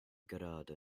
gerade